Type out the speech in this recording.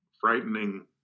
frightening